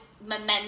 momentum